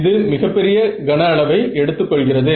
இது மிகப்பெரிய கன அளவை எடுத்து எடுத்துக் கொள்கிறது